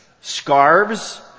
scarves